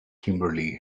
kimberly